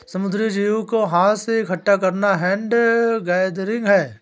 समुद्री जीव को हाथ से इकठ्ठा करना हैंड गैदरिंग है